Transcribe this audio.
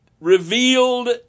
revealed